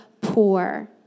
poor